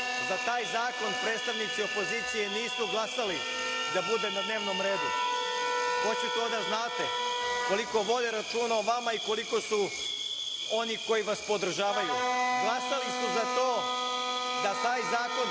za taj zakon predstavnici opozicije nisu glasali da bude na dnevnom redu. Hoću to da znate koliko vode računa o vama i koliko su oni koji vas podržavaju. Glasali su za to da taj zakon